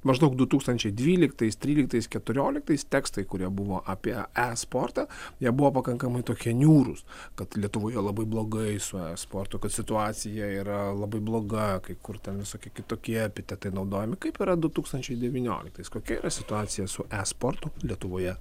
maždaug du tūkstančiai dvyliktais tryliktais keturioliktais tekstai kurie buvo apie e sportą jie buvo pakankamai tokie niūrūs kad lietuvoje labai blogai su esportu kad situacija yra labai bloga kai kur ten visokie kitokie epitetai naudojami kaip yra du tūkstančiai devynioliktais kokia situacija su esportu lietuvoje